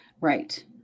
Right